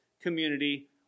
community